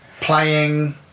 playing